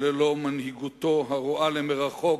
שללא מנהיגותו הרואה למרחוק,